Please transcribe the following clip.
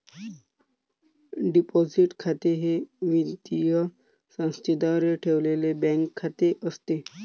deposit खाते हे वित्तीय संस्थेद्वारे ठेवलेले बँक खाते असते